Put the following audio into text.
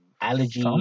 allergy